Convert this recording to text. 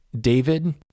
David